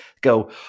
go